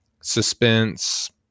suspense